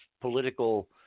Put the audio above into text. political